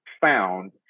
found